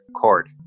cord